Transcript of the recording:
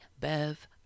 bev